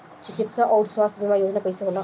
चिकित्सा आऊर स्वास्थ्य बीमा योजना कैसे होला?